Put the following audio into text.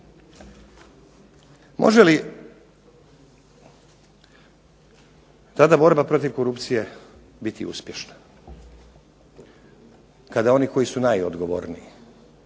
Može li tada borba protiv korupcije biti uspješna kada oni koji su najodgovorniji,